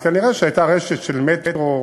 אז כנראה הייתה רשת של מטרו,